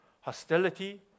hostility